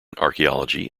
archaeology